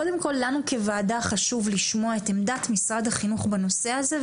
קודם כל לנו כוועדה חשוב לשמוע את עמדת משרד החינוך בנושא הזה,